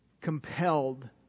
compelled